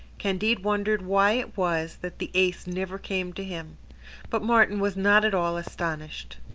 candide wondered why it was that the ace never came to him but martin was not at all astonished.